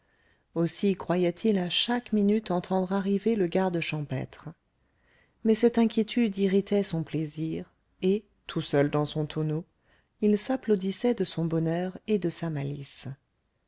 aussi croyait-il à chaque minute entendre arriver le garde champêtre mais cette inquiétude irritait son plaisir et tout seul dans son tonneau il s'applaudissait de son bonheur et de sa malice